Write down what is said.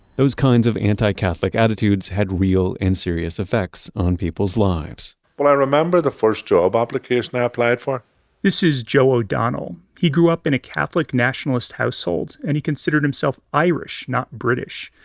those kinds of and anti-catholic attitudes had real and serious effects on people's lives well, i remember the first job application i applied for this is joe o'donnell. he grew up in a catholic nationalist household, and he considered himself irish, not british.